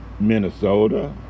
Minnesota